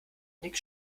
nick